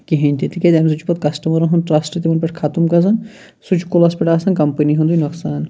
کِہیٖنۍ تہِ تکیاز امہِ سۭتۍ چھُ پَتہٕ کَسٹَمَرَن ہُنٛد ٹرسٹ تِمَن پٮ۪ٹھ ختٕم گَژھان سُہ چھُ کُلَس پٮ۪ٹھ آسان کَمپٔنی ہُنٛدٕے نۄقصان